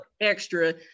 extra